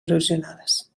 erosionades